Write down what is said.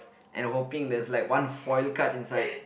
and hoping there's like one foil card inside